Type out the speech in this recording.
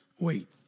wait